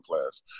class